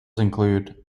include